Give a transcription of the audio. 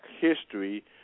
history